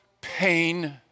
pain